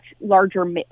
larger